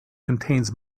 contains